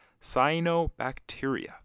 cyanobacteria